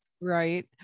Right